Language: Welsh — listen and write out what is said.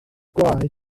gwaed